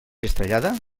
estrellada